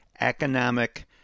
economic